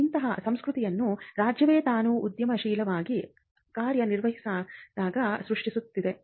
ಇಂತಹ ಸಂಸ್ಕೃತಿಯನ್ನು ರಾಜ್ಯವೇ ತಾನು ಉದ್ಯಮಿಯಾಗಿ ಕಾರ್ಯನಿರ್ವಹಿಸುವಾಗ ಸೃಷ್ಟಿಸಿದೆ